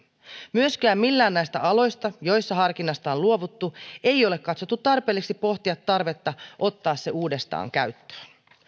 millään näistä aloista joilla harkinnasta on luovuttu ei ole myöskään katsottu tarpeelliseksi pohtia tarvetta ottaa se uudestaan käyttöön